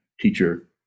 teacher